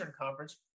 Conference